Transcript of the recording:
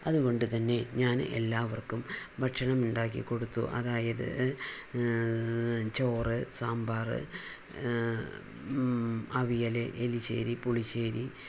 അതുകൊണ്ടുതന്നെ ഞാൻ എല്ലാവർക്കും ഭക്ഷണം ഉണ്ടാക്കി കൊടുത്തു അതായത് ചോറ് സാമ്പാർ അവിയൽ എലിശ്ശേരി പുളിശ്ശേരി